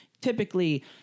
typically